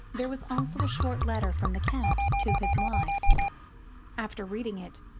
there was also a short letter from the count to his wife after reading it,